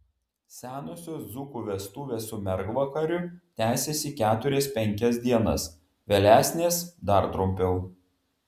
senosios dzūkų vestuvės su mergvakariu tęsėsi keturias penkias dienas vėlesnės dar trumpiau